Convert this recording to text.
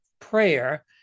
prayer